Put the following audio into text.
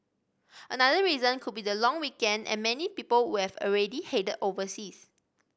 another reason could be the long weekend and many people would have already headed overseas